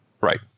Right